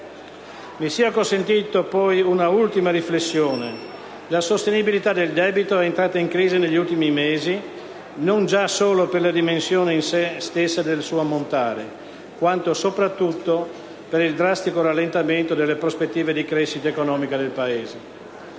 Mi sia consentita poi una ultima riflessione. La sostenibilità del debito è entrata in crisi negli ultimi mesi non già solo per la dimensione in sé stessa del suo ammontare, quanto sopratutto per il drastico rallentamento delle prospettive di crescita economica del Paese.